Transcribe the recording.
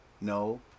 no